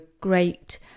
great